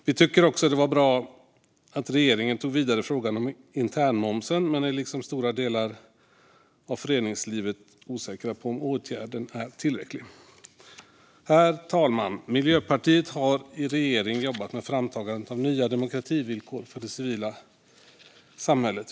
Vi tycker också att det var bra att regeringen tog vidare frågan om internmomsen, men vi är liksom stora delar av föreningslivet osäkra på om åtgärden är tillräcklig. Herr talman! Miljöpartiet har i regering jobbat med framtagandet av nya demokrativillkor för det civila samhället.